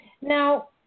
Now